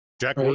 jack